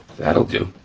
that'll do,